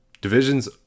Divisions